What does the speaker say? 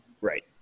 Right